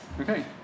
Okay